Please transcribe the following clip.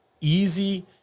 easy